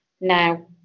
Now